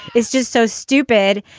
it's just so stupid.